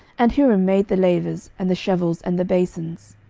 and hiram made the lavers, and the shovels, and the basons.